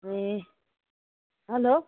A hello